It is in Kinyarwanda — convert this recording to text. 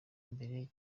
mbere